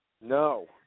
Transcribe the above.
No